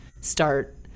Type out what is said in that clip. start